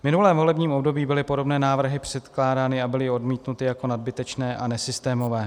V minulém volebním období byly podobné návrhy předkládány a byly odmítnuty jako nadbytečné a nesystémové.